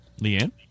Leanne